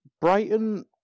Brighton